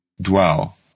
dwell